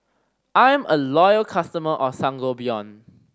I am a loyal customer of Sangobion